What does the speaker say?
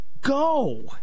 Go